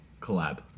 collab